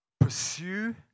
pursue